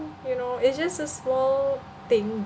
you know it's just a small thing